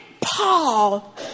Paul